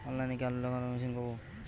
অনলাইনে কি আলু লাগানো মেশিন পাব?